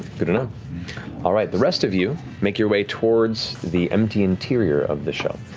good to know. all right, the rest of you make your way towards the empty interior of the shell.